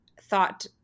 thought